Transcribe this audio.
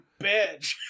bitch